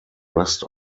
rest